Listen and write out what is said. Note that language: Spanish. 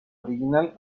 original